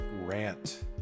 rant